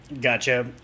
Gotcha